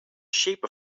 shape